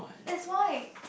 that's why